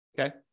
Okay